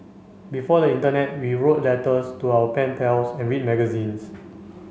before the internet we wrote letters to our pen pals and read magazines